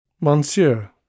Monsieur